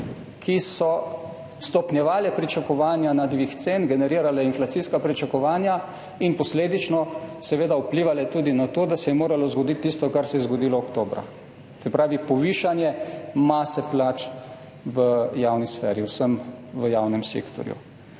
ki so stopnjevale pričakovanja na dvig cen, generirale inflacijska pričakovanja in posledično seveda vplivale tudi na to, da se je moralo zgoditi tisto, kar se je zgodilo oktobra, se pravi povišanje mase plač v javni sferi, vsem v javnem sektorju.